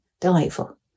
delightful